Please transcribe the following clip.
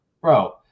Bro